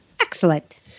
Excellent